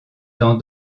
dans